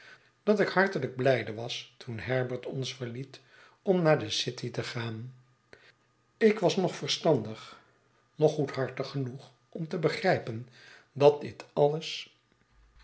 dat ik hartelijk blijde was toen herbert ons verliet om naar de city te gaan ik was noch verstandig noch goedhartig genoeg om te begrijpen dat dit alles